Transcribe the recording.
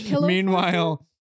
Meanwhile